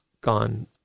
gone